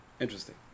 interesting